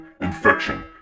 Infection